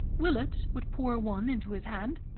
willett would pour one into his hand,